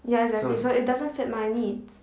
ya exactly so it doesn't fit my needs